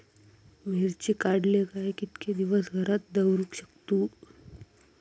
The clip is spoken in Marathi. मिर्ची काडले काय कीतके दिवस घरात दवरुक शकतू?